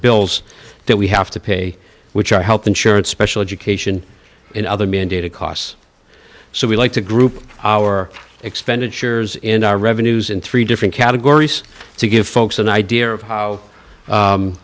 bills that we have to pay which are health insurance special education and other mandated costs so we like to group our expenditures in our revenues in three different categories to give folks an idea of how